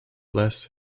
les